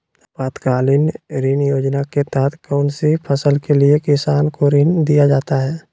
आपातकालीन ऋण योजना के तहत कौन सी फसल के लिए किसान को ऋण दीया जाता है?